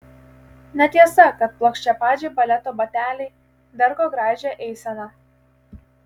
netiesa kad plokščiapadžiai baleto bateliai darko gražią eiseną